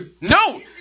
No